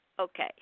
okay